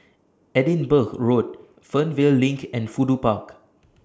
Edinburgh Road Fernvale LINK and Fudu Park